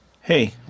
Hey